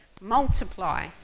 Multiply